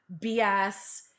BS